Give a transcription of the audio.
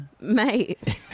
Mate